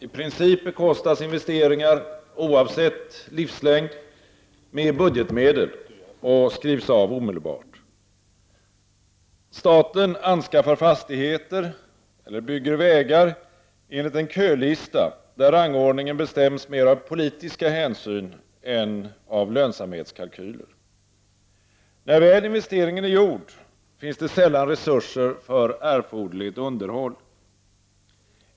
I princip bekostas investeringar — oavsett livslängd — med budgetmedel och skrivs av omedelbart. Staten anskaffar fastigheter eller bygger vägar enligt en kölista, där rangordningen bestäms mer av politiska hänsyn än av lönsamhetskalkyler. När väl investeringen är gjord, finns det sällan resurser för erforderligt underhåll.